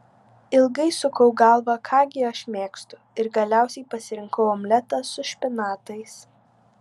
ilgai sukau galvą ką gi aš mėgstu ir galiausiai pasirinkau omletą su špinatais